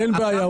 אין בעיה,